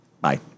Bye